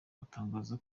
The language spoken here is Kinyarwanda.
batangaza